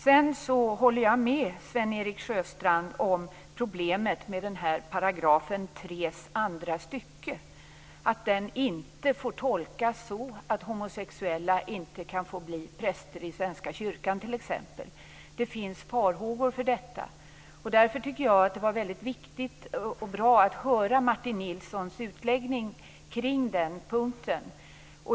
Jag håller med Sven-Erik Sjöstrand om problemet med 3 § andra stycket. Den får inte tolkas så att homosexuella inte kan få bli t.ex. präster i Svenska kyrkan. Det finns farhågor för detta. Därför tycker jag att det var mycket bra att få höra Martin Nilssons utläggning kring den punkten.